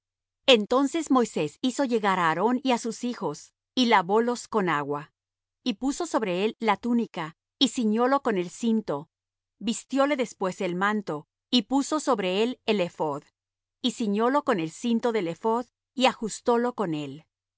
entonces moisés hizo llegar á aarón y á sus hijos y lavólos con agua y puso sobre él la túnica y ciñólo con el cinto vistióle después el manto y puso sobre él el ephod y ciñólo con el cinto del ephod y ajustólo con él